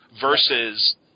versus